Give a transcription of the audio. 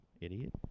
idiot